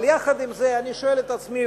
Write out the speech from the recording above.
אבל יחד עם זה אני שואל את עצמי,